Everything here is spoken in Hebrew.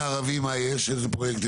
מה השם שלך?